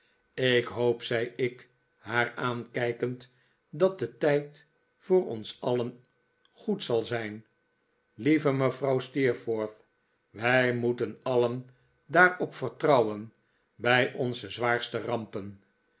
ik hoop zei ik haar aankijkend dat de tijd voor ons alien goed zal zijn lieve mevrouw steerforth wij moeten alien daarop vertrouwen bij onze zwaarste rampen